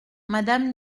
madame